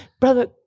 Brother